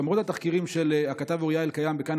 למרות התחקירים של הכתב אוריה אלקיים בכאן